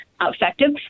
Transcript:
effective